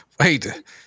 Wait